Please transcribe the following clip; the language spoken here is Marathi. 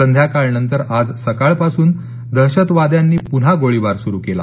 संध्याकाळनंतर आज सकाळपासून दहशतवाद्यांनी पुन्हा गोळीबार सुरु केला